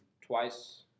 twice